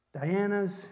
Diana's